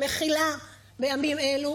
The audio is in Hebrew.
מחילה בימים אלו.